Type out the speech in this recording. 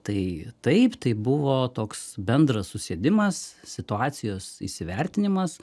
tai taip tai buvo toks bendras susėdimas situacijos įsivertinimas